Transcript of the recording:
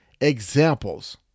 examples